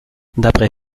d’après